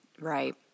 Right